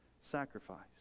sacrifice